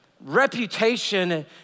reputation